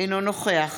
אינו נוכח